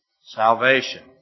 Salvation